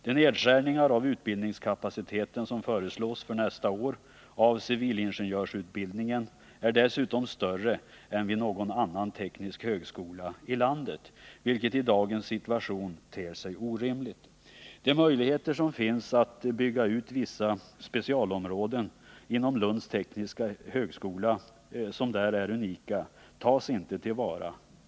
De nedskärningar av utbildningskapaciteten när det gäller civilingenjörsutbildningen som föreslås nästa år är dessutom större än vid någon annan teknisk högskola i landet, vilket i dagens situation ter sig orimligt. De unika möjligheter som finns att bygga ut vissa specialområden inom Lunds tekniska högskola tas inte till vara.